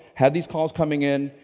had these calls coming in,